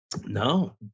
No